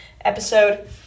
episode